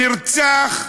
נרצח,